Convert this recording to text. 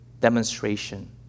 demonstration